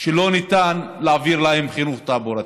שלא ניתן להעביר להן חינוך תעבורתי.